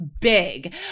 big